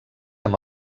amb